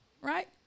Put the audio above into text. right